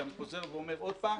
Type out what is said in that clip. ואני חוזר ואומר עוד פעם: